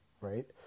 right